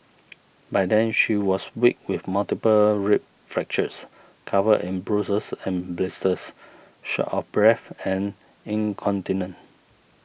by then she was weak with multiple rib fractures covered in bruises and blisters short of breath and incontinent